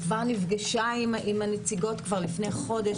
שכבר נפגשה עם הנציגות לפני חודש,